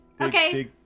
Okay